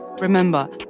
Remember